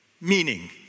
meaning